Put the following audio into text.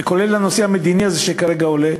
וכולל הנושא המדיני הזה שכרגע עולה,